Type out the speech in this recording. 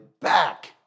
back